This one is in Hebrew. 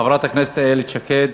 חברת הכנסת איילת שקד,